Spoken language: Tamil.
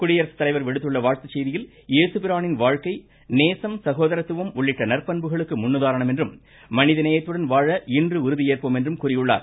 குடியரசு தலைவர் விடுத்துள்ள வாழ்த்துச் செய்தியில் ஏசுபிரானின் வாழ்க்கை நேசம் சகோதரத்துவம் உள்ளிட்ட நற்பண்புகளுக்கு முன் உதாரணம் என்றும் மனித நேயத்துடன் வாழ இன்று உறுதி ஏற்போம் என்றும் கூறியுள்ளார்